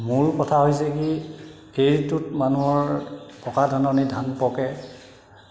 মূল কথা হৈছে কি এই ঋতুত মানুহৰ পকা ধাননিত ধান পকে